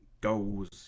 goals